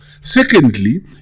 Secondly